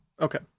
Okay